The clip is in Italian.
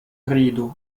grido